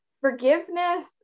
forgiveness